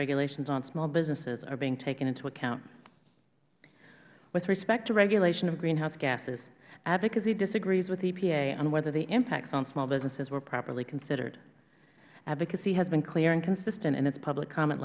regulations on small businesses are being taken into account with respect to regulation of greenhouse gases advocacy disagrees with epa on whether the impacts on small businesses were properly considered advocacy has been clear and consistent in its public comment